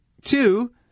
two